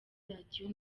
radiyo